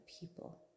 people